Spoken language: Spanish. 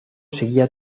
seguía